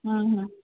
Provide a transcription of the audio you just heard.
हम्म हम्म